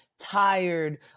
tired